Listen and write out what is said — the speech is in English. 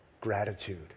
gratitude